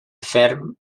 ferm